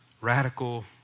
radical